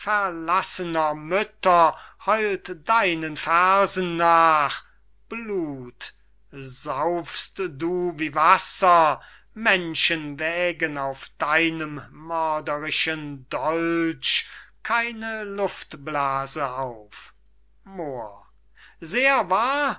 verlassener mütter heult deinen fersen nach blut saufst du wie wasser menschen wägen auf deinem mörderischen dolch keine luftblase auf moor sehr wahr